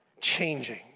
changing